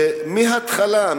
שמההתחלה,